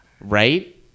Right